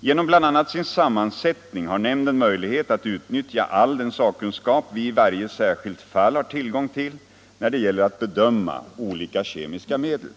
Genom bl.a. sin sammansättning har nämnden möjlighet att utnyttja all den sakkunskap vi i varje särskilt — Nr 95 fall har tillgång till när det gäller att bedöma olika kemiska medel.